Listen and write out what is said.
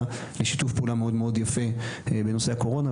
לשיתוף פעולה מאוד מאוד יפה בנושא הקורונה,